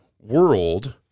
world